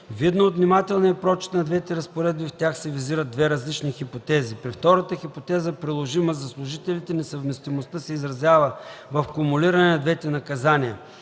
Видно от внимателния прочит на двете разпоредби, в тях се визират две различни хипотези. При втората хипотеза, приложима за служителите, несъвместимостта се изразява в кумулиране на двете наказания